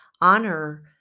honor